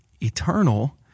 eternal